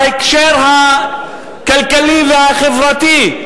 בהקשר הכלכלי והחברתי,